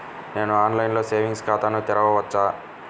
నేను ఆన్లైన్లో సేవింగ్స్ ఖాతాను తెరవవచ్చా?